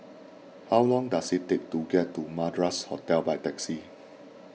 how long does it take to get to Madras Hotel by taxi